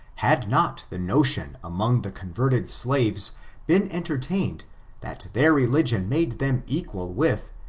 had not the notion among the con verted slaves been entertained that their religion made them equal with,